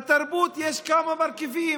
בתרבות יש כמה מרכיבים.